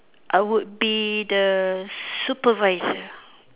I would be the supervisor